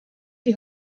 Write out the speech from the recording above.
die